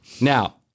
now